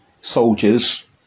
soldiers